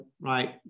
right